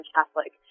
Catholic